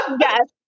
Yes